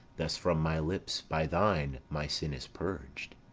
thus from my lips, by thine my sin is purg'd.